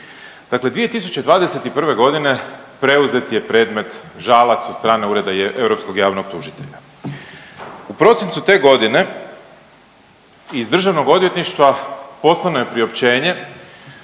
Dakle, 2021. godine preuzet je predmet Žalac od strane Ureda europskog javnog tužitelja. U prosincu te godine iz Državnog odvjetništva poslano je priopćenje